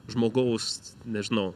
žmogaus nežinau